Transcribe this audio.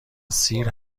سیر